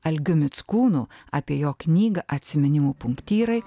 algiu mickūnu apie jo knygą atsiminimų punktyrai